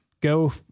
go